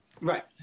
Right